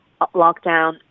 lockdown